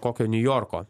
kokio niujorko